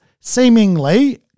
seemingly –